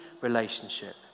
relationship